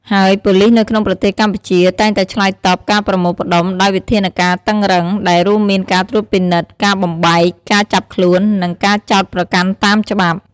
ហើយប៉ូលីសនៅក្នុងប្រទេសកម្ពុជា តែងតែឆ្លើយតបការប្រមូលផ្តុំដោយវិធានការតឹងរឹង ដែលរួមមានការត្រួតពិនិត្យ ការបំបែក ការចាប់ខ្លួន និងការចោទប្រកាន់តាមច្បាប់។